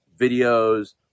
videos